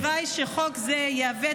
סבל כלכלי ואף חשש ממשי לאובדן